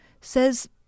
says